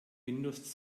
windows